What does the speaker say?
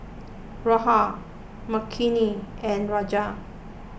Rahul Makineni and Rajat